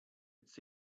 its